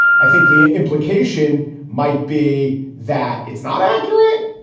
i think the implication might be that it's not accurate,